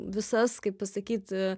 visas kaip pasakyt